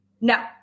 No